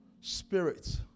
spirit